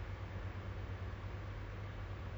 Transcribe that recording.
oh teaching you got a teaching cert ah